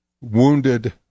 wounded